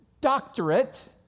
doctorate